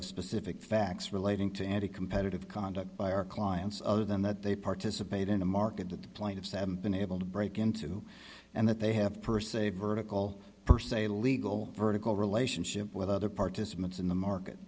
of specific facts relating to any competitive conduct by our clients other than that they participate in a market that the plaintiffs have been able to break into and that they have per se vertical per se legal vertical relationship with other participants in the market